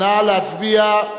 נא להצביע.